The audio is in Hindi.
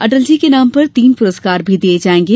अटल जी के नाम पर तीन पुरस्कार भी दिये जायेंगे